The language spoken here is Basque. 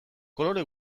kolore